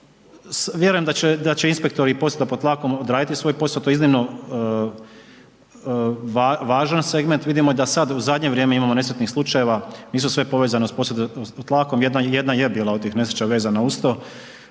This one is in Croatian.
vjerujem da će inspektori i posuda pod tlakom odraditi svoj posao, to je iznimno važan segment. Vidimo da i sad u zadnje vrijeme imamo nesretnih slučajeva, nisu sve povezane sa posudama pod tlakom, jedna je bila od tih nesreća vezana uz to.